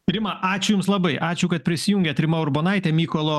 rima ačiū jums labai ačiū kad prisijungėt rima urbonaitė mykolo